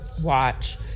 watch